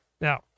Now